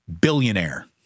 billionaire